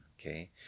Okay